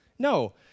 No